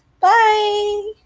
Bye